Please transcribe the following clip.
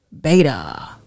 Beta